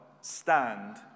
Stand